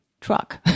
truck